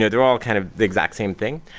yeah they're all kind of the exact same thing.